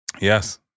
Yes